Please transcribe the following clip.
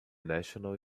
national